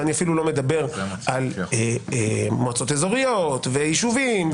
ואני אפילו לא מדבר על מועצות אזוריות ויישובים,